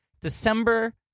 December